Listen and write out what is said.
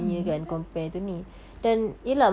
mm betul